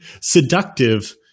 seductive